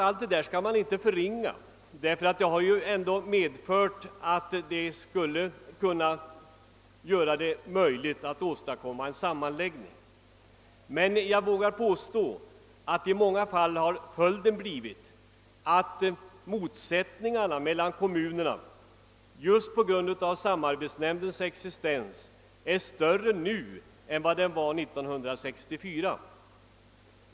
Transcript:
Vi skall inte förringa allt detta — det skulle ju ändå kunna möjliggöra och underlätta en sammanläggning. Men jag vågar påstå att följden i många fall har blivit att motsättningarna mellan flera kommuner just på grund av samarbetsnämndens existens är större nu än de var 1964.